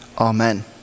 Amen